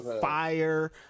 fire